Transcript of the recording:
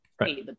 Right